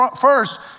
First